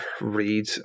read